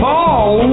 Paul